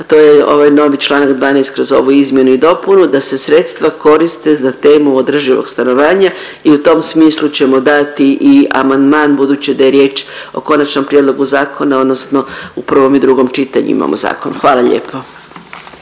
a to je ovaj novi Članak 12. kroz ovu izmjenu i dopunu da se sredstva koriste za temu održivog stanovanja i u tom smislu ćemo dati i amandman budući da je riječ o konačnom prijedlogu zakona odnosno u prvom i drugom čitanju imamo zakon. Hvala lijepo.